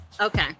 Okay